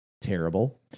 terrible